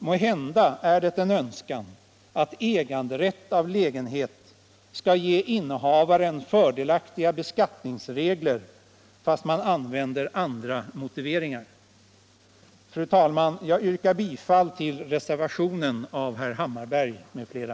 Måhända är det fråga om en önskan att ägande av lägenhet skall ge innehavaren fördelaktiga beskattningsregler, även om man använder andra motiveringar. Fru talman! Jag yrkar bifall till reservationen av herr Hammarberg m.fl.